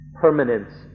permanence